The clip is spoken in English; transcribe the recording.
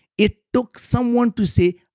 it took someone to say,